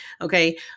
okay